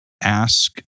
ask